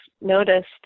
noticed